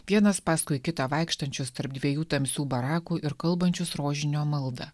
vienas paskui kitą vaikštančius tarp dviejų tamsių barakų ir kalbančius rožinio maldą